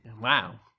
Wow